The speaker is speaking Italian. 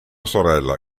sorella